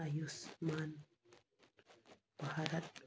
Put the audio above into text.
Ayushman Bharat